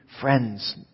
friends